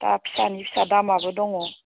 दा फिसानि फिसा दामाबो दङ